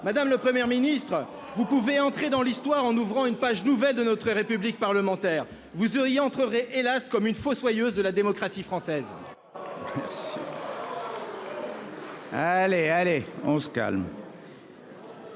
madame, la Première ministre, vous pouvez entrer dans l'histoire en ouvrant une page nouvelle de notre république parlementaire vous seriez entrerait hélas comme une faut soyeuse de la démocratie française.